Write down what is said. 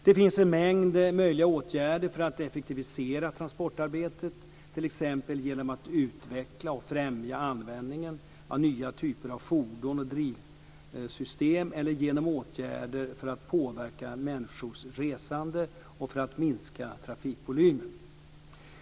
Det finns en mängd möjliga åtgärder för att effektivisera transportarbetet, t.ex. genom att utveckla och främja användningen av nya typer av fordon och drivsystem eller genom åtgärder för att påverka människors resande och för att minska trafikvolymen.